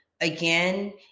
again